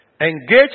Engage